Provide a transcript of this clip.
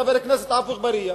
חבר הכנסת אגבאריה,